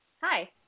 Hi